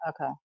Okay